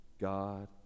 God